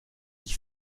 ich